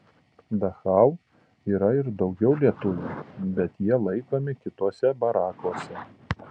dachau yra ir daugiau lietuvių bet jie laikomi kituose barakuose